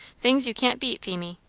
things you can't beat, phemie.